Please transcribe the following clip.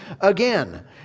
again